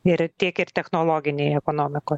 ir tiek ir technologinėj ekonomikoj